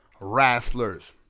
Wrestlers